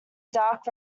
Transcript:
dark